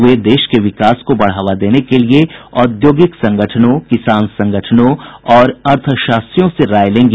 वे देश के विकास को बढ़ावा देने के लिए औद्योगिक संगठनों किसान संगठनों और अर्थशास्त्रियों से राय लेंगी